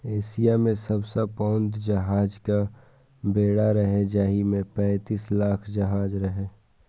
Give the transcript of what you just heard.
Asia मे सबसं पैघ जहाजक बेड़ा रहै, जाहि मे पैंतीस लाख जहाज रहै